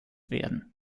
werden